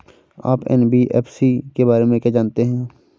आप एन.बी.एफ.सी के बारे में क्या जानते हैं?